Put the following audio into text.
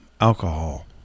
alcohol